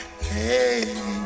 Hey